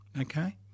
Okay